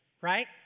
right